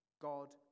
God